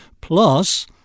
Plus